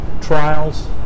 trials